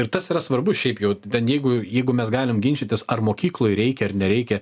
ir tas yra svarbu šiaip jau ten jeigu jeigu mes galim ginčytis ar mokykloj reikia ar nereikia